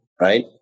right